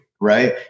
Right